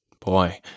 boy